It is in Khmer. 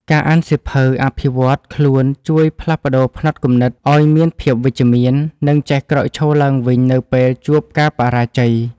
ការអានសៀវភៅអភិវឌ្ឍខ្លួនជួយផ្លាស់ប្តូរផ្នត់គំនិត ឱ្យមានភាពវិជ្ជមាន និងចេះក្រោកឈរឡើងវិញនៅពេលជួបការបរាជ័យ។